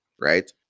right